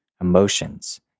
emotions